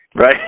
Right